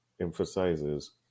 emphasizes